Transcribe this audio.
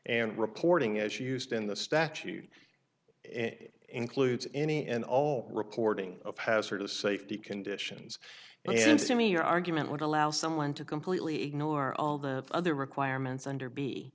and reporting as used in the statute it includes any and all reporting of hazardous safety conditions and to me your argument would allow someone to completely ignore all the other requirements under b